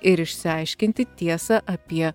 ir išsiaiškinti tiesą apie